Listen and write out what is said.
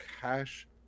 Cash